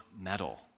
metal